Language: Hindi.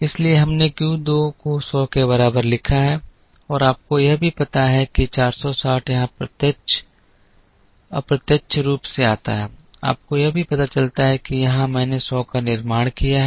इसलिए हमने Q 2 को सौ के बराबर लिखा है और आपको यह भी पता है कि 460 यहां अप्रत्यक्ष रूप से आता है आपको यह भी पता चलता है कि यहां मैंने सौ का निर्माण किया है